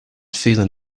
feeling